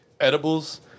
Edibles